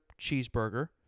cheeseburger